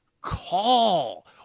call